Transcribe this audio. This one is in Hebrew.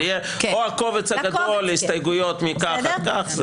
זה יהיה או הקובץ הגדול, הסתייגויות מכך עד כך.